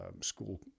school